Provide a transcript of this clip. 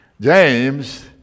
James